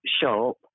shop